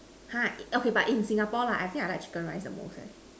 but okay in Singapore I like chicken rice the most